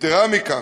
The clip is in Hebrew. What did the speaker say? יתרה מכך,